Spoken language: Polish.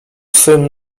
swym